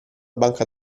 banca